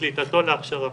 לקליטתו להכשרה.